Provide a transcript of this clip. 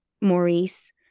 Maurice